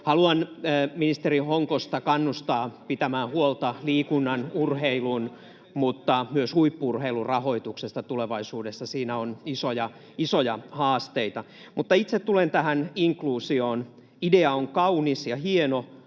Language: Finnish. Haluan ministeri Honkosta kannustaa pitämään huolta liikunnan ja urheilun, myös huippu-urheilun, rahoituksesta tulevaisuudessa. Siinä on isoja haasteita. Itse tulen tähän inkluusioon: Idea on kaunis ja hieno,